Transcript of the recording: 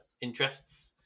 interests